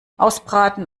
ausbraten